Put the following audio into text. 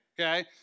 okay